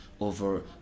over